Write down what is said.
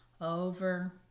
over